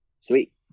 sweet